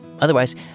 Otherwise